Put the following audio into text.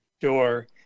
Sure